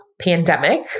pandemic